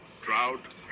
drought